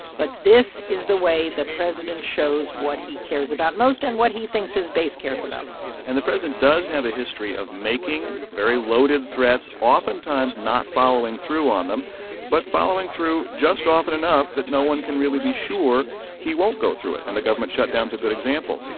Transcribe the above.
but this is the way the president shows what he cares about most and what he thinks his base cares about most and the president does have a history of making very loaded threats, oftentimes not following through on them but following through just often enough that no one can really be sure he won't go through it. and the government shutdown's a good example.